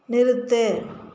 நிறுத்து